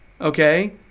Okay